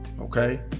Okay